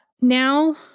Now